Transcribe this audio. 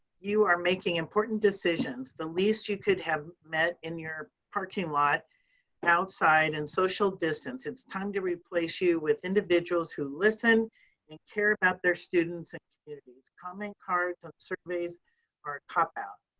you are making important decisions. the least you could have met in your parking lot outside and social distance. it's time to replace you with individuals who listen and care about their students and communities. comment cards and surveys are a cop-out.